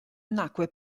nacque